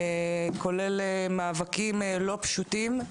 כולל מאבקים לא פשוטים.